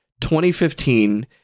2015